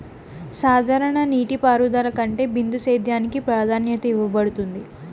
సాధారణ నీటిపారుదల కంటే బిందు సేద్యానికి ప్రాధాన్యత ఇవ్వబడుతుంది